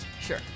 Sure